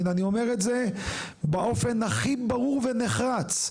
אני אומר את זה באופן הכי ברור ונחרץ,